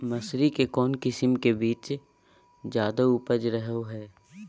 मसूरी के कौन किस्म के बीच ज्यादा उपजाऊ रहो हय?